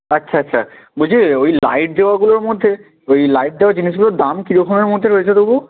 আচ্ছা আচ্ছা বলছি ওই লাইট দেওয়াগুলোর মধ্যে ওই লাইট দেওয়া জিনিসগুলোর দাম কী রকমের মধ্যে রয়েছে তবু